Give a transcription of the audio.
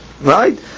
right